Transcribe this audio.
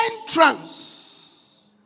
entrance